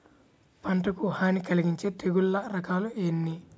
పంటకు హాని కలిగించే తెగుళ్ళ రకాలు ఎన్ని?